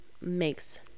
makes